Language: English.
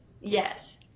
yes